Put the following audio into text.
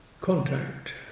Contact